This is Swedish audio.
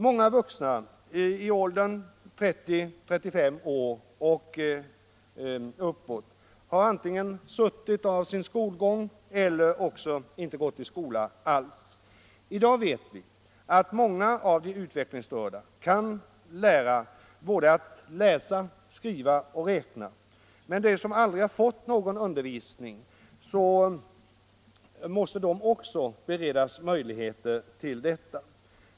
Många vuxna i åldern 30-35 år och uppåt har antingen suttit av sin skolgång eller också inte gått i skola alls. I dag vet vi att många av de utvecklingsstörda kan lära sig att läsa, skriva och räkna. De som aldrig har fått någon undervisning måste nu beredas möjlighet till sådan.